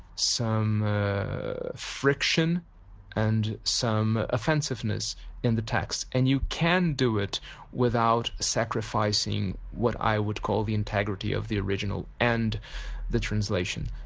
some friction and some offensiveness in the text. and you can do it without sacrificing what i would call the integrity of the original and the translation.